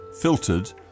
filtered